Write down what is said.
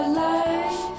life